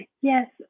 Yes